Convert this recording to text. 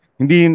hindi